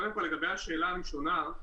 קודם כל לגבי השאלה הראשונה,